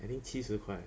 I think 七十块